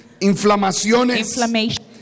inflamaciones